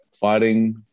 fighting